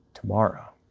Tomorrow